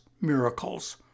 miracles